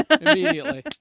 Immediately